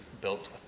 built